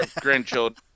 grandchildren